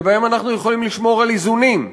שבהם אנחנו יכולים לשמור על איזונים,